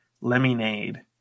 Lemonade